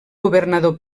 governador